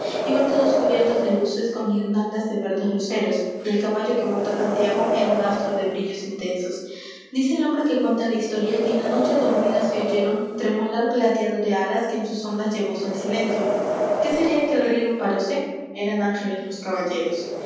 todos cubiertos de luces con guirnaldas de verdes luceros y el caballo que monta santiago era un astro de brillos intensos dice el hombre que cuenta la historia que en la noche dormida se oyeron tremolar plateado de alas que en sus ondas llevóse el silencio qué sería que el río paróse eran ángeles los caballeros